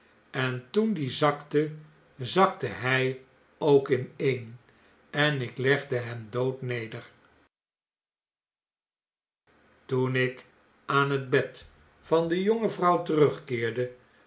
en toen die zakte zakte hij ook ineen en ik legde hem dood neder toen ik aan het bed van de jonge vrouw terugkeerde